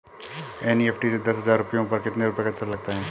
NEFT से दस हजार रुपयों पर कितने रुपए का चार्ज लगता है?